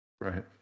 Right